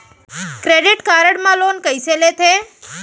Credit card मा loan कइसे लेथे?